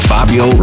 Fabio